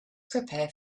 prepare